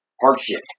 hardship